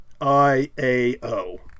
I-A-O